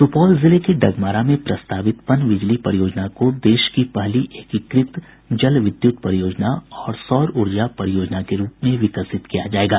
सुपौल जिले के डगमारा में प्रस्तावित पनबिजली परियोजना को देश की पहली एकीकृत जल विद्युत परियोजना और सौर ऊर्जा परियोजना के रूप में विकसित किया जायेगा